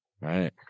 right